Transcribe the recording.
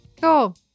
cool